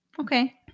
Okay